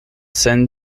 sen